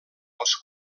als